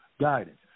guidance